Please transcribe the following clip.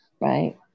Right